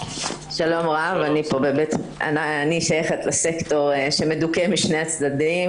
אני שייכת לסקטור שמדוכא משני הצדדים,